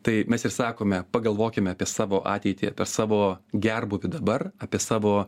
tai mes ir sakome pagalvokime apie savo ateitį apie savo gerbūvį dabar apie savo